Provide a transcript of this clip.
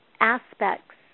aspects